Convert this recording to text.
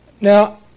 Now